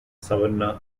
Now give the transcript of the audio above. savannah